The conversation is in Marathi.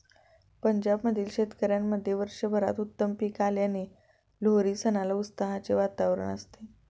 पंजाब मधील शेतकऱ्यांमध्ये वर्षभरात उत्तम पीक आल्याने लोहरी सणाला उत्साहाचे वातावरण असते